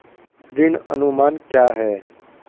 ऋण अनुमान क्या है?